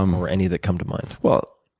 um or any that come to mind? well,